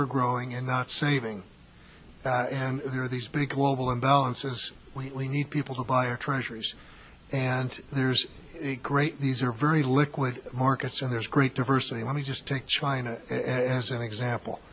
we're growing and not saving and there are these big global imbalances we need people to buy our treasuries and there's a great these are very liquid markets and there's great diversity let me just take china as an example